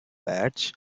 badge